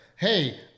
Hey